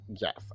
yes